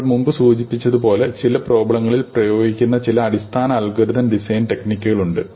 നമ്മൾ മുമ്പ് സൂചിപ്പിച്ചതുപോലെ പല പ്രോബ്ലങ്ങളിൽ പ്രയോഗിക്കുന്ന ചില അടിസ്ഥാന അൽഗോരിതം ഡിസൈൻ ടെക്നിക്കുകൾ ഉണ്ട്